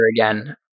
again